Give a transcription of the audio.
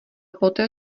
poté